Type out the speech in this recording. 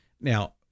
now